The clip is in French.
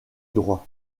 droit